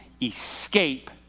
escape